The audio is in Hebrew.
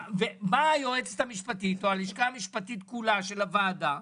באה היועצת המשפטית או הלשכה המשפטית כולה של הוועדה,